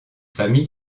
famille